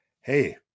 hey